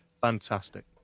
fantastic